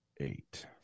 eight